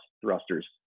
thrusters